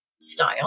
style